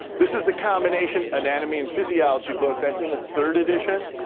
this is the combination anatomy and physiology book. that's in its third edition.